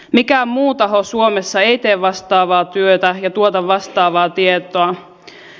mikään muu taho suomessa ei tee vastaavaa työtä ja tuota vastaavaa tietoa